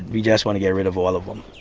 we just want to get rid of all of them.